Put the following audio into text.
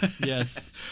yes